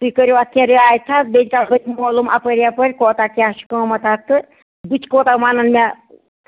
تُہۍ کٔرِو اِتھ کیٚنہہ رِیایتھا بیٚیہِ کرو أسۍ معلوٗم اَپٲرۍ یَپٲرۍ کوٗتاہ کیاہ چھُ قۭمَتھ اَتھ تہٕ بٕتھِ کوٗتاہ وَنن مےٚ